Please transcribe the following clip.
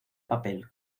papel